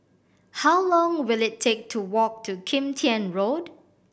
how long will it take to walk to Kim Tian Road